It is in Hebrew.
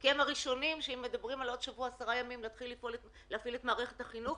כי אם בעוד שבוע עד עשרה ימים נתחיל להפעיל את מערכת החינוך,